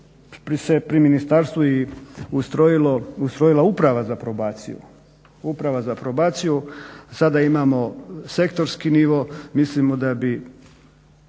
pri ministarstvu ustrojila uprava za probaciju. Sada imamo sektorski nivo, mislimo da bi